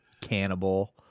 Cannibal